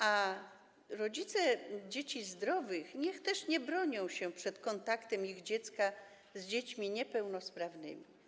A rodzice dzieci zdrowych niech też nie bronią się przed kontaktem ich dziecka z dziećmi niepełnosprawnymi.